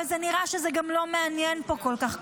אבל נראה שזה גם לא מעניין פה כל כך.